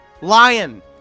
Lion